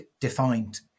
defined